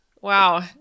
wow